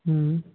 ம்